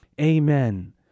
Amen